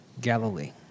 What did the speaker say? Galilee